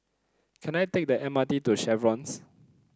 can I take the M R T to The Chevrons